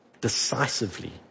decisively